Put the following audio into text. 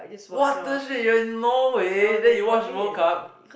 !what the shit! you're in Norway then you watch World Cup